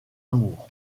amour